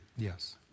Yes